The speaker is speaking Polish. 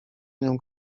nią